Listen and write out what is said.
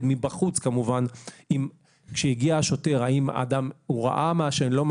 מבחוץ כמובן האם כשהגיע השוטר האדם עישן או לא.